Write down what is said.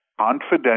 Confidential